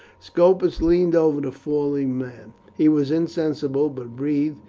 scopus leaned over the fallen man. he was insensible but breathed,